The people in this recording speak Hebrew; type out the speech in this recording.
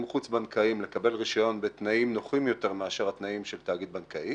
חוץ בנקאיים לקבל רישיון בתנאים נוחים יותר מאשר התנאים של תאגיד בנקאי